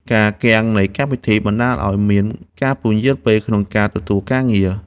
ការគាំងនៃកម្មវិធី បណ្ដាលឱ្យមានការពន្យារពេលក្នុងការទទួលការងារ។